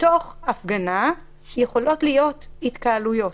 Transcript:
בתוך הפגנה יכולות להיות התקהלויות,